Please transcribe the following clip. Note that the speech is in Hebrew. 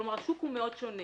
כלומר, השוק הוא מאוד שונה.